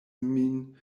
min